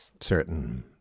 Certain